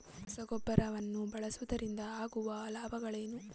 ರಸಗೊಬ್ಬರವನ್ನು ಬಳಸುವುದರಿಂದ ಆಗುವ ಲಾಭಗಳೇನು?